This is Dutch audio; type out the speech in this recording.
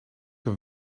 een